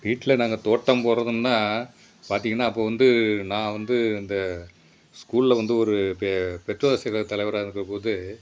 வீட்டில் நாங்கள் தோட்டம் போடுறதுன்னா பார்த்தீங்கன்னா அப்போது வந்து நான் வந்து இந்த ஸ்கூலில் வந்து ஒரு பெ பெற்றோர் ஆசிரியர் கழக தலைவராக இருந்தபோது